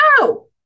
no